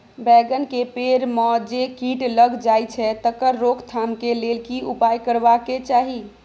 बैंगन के पेड़ म जे कीट लग जाय छै तकर रोक थाम के लेल की उपाय करबा के चाही?